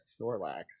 Snorlax